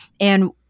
And-